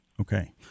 Okay